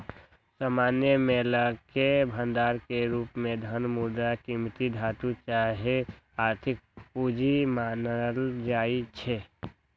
सामान्य मोलके भंडार के रूप में धन, मुद्रा, कीमती धातु चाहे आर्थिक पूजी मानल जाइ छै